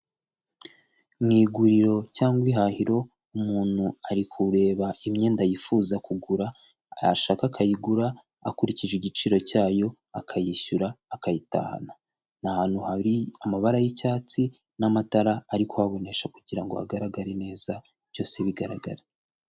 Mu iguriro cyangwa ihahiro umuntu arikuba imyenda yifuza kugura yashaka akayigura akurikije igiciro cyayo, akayishyura akayitahana, ni ahantu hari amabara y'icyatsi n'amatara ari kuhabonesha kugira ngo hagaragare neza byose bigaragara.